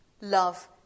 love